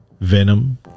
Venom